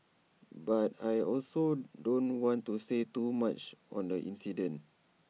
but I also don't want to say too much on the incident